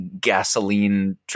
gasoline